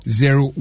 zero